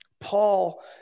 Paul